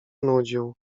nudził